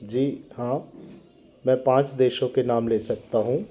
जी हाँ मैं पाँच देशों के नाम ले सकता हूँ